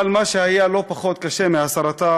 אבל מה שהיה לא פחות קשה מהסרטן